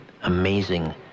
amazing